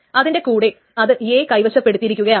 അതിന്റെ കൂടെ അത് A കൈവശപ്പെടുത്തിയിരിക്കുകയാണ്